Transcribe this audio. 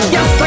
Yes